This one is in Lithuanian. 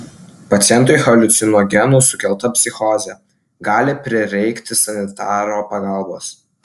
pacientui haliucinogenų sukelta psichozė gali prireikti sanitaro pagalbos